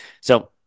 So-